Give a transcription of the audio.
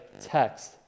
text